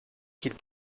qu’il